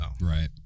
Right